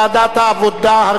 ותועבר לוועדת העבודה,